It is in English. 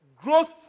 Growth